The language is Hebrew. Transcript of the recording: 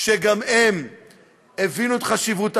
שגם הם הבינו את חשיבות החוק.